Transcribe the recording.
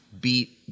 beat